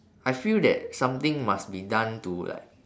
I feel that something must be done to like